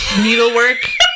needlework